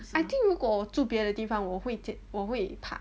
I think 如果住别的地方我会我会怕